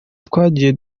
twagiye